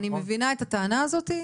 אני מבינה את הטענה הזאת,